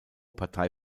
partei